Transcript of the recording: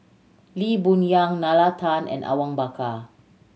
Lee Boon Yang Nalla Tan and Awang Bakar